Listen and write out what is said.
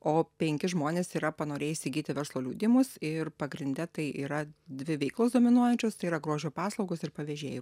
o penki žmonės yra panorėję įsigyti verslo liudijimus ir pagrinde tai yra dvi veiklos dominuojančios tai yra grožio paslaugos ir pavėžėjų